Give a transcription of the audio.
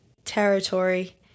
territory